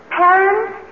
parents